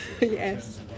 Yes